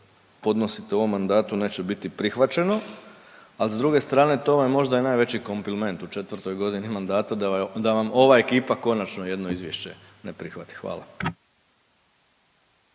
podnosite u ovom mandatu neće biti prihvaćeno, a s druge strane to vam je možda i najveći kompliment u 4 godini mandata da vam ova ekipa konačno jedno izvješće ne prihvati. Hvala.